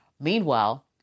Meanwhile